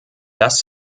das